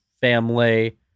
family